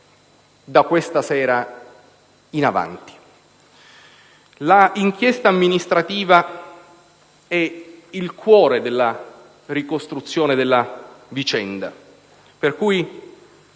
da questa sera in avanti. L'inchiesta amministrativa è il cuore della ricostruzione della vicenda. Le sue